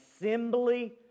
assembly